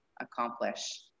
accomplish